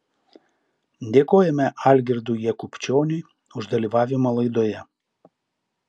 dėkojame algirdui jakubčioniui už dalyvavimą laidoje